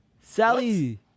Sally